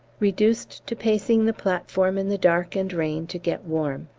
reduced to pacing the platform in the dark and rain to get warm.